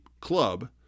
club